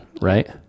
right